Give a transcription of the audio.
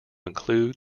include